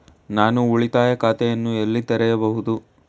ನಾನು ಉಳಿತಾಯ ಖಾತೆಯನ್ನು ಎಲ್ಲಿ ತೆರೆಯಬಹುದು?